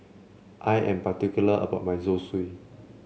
I am particular about my Zosui